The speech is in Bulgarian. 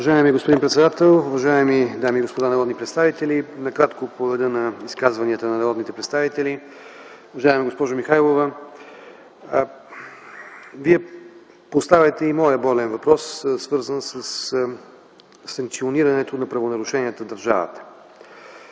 Вие поставяте и моя болен въпрос, свързан със санкционирането на правонарушението в държавата.